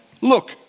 Look